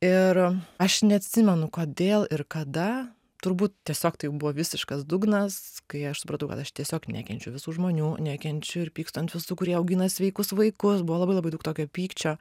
ir aš neatsimenu kodėl ir kada turbūt tiesiog tai jau buvo visiškas dugnas kai aš supratau kad aš tiesiog nekenčiu visų žmonių nekenčiu ir pykstu ant visų kurie augina sveikus vaikus buvo labai labai daug tokio pykčio